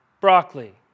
broccoli